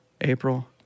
April